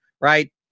Right